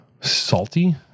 salty